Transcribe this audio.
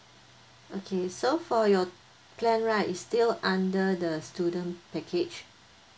okay so for your plan right it's still under the student package